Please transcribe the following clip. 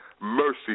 mercy